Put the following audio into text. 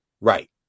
right